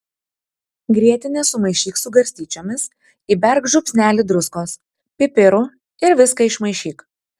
grietinę sumaišyk su garstyčiomis įberk žiupsnelį druskos pipirų ir viską išmaišyk